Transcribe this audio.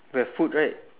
wait ah food right